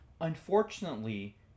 Unfortunately